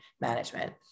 management